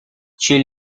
she